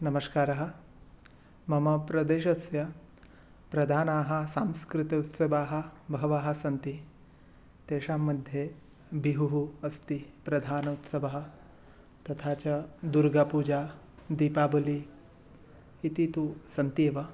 नमस्कारः मम प्रदेशस्य प्रधानाः सांस्कृतिक उत्सवाः बहवः सन्ति तेषां मध्ये बिहुः अस्ति प्रधान उत्सवः तथा च दुर्गापूजा दीपावलिः इति तु सन्ति एव